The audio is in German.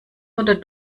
oder